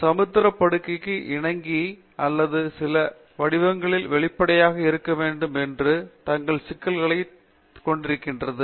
சமுத்திர படுக்கைக்கு இணங்கி அல்லது சில வடிவத்தில் வெளிப்படையாக இருக்க வேண்டும் என்ற தங்கள் சிக்கல்களைக் கொண்டிருக்கிறது